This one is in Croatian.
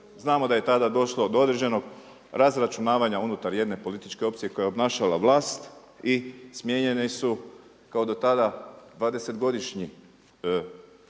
Znamo da je tada došlo do određenog razračunavanja unutar jedne političke opcije koja je obnašala vlast i smijenjene su kao i do tada 20-godišnji